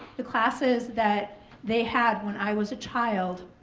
the classes that they had when i was a child.